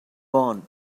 born